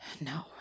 No